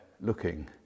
looking